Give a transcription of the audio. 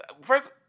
First